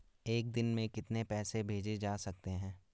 एक दिन में कितने पैसे भेजे जा सकते हैं?